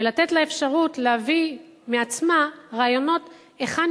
ולתת לה אפשרות להביא מעצמה רעיונות היכן